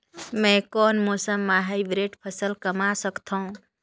मै कोन मौसम म हाईब्रिड फसल कमा सकथव?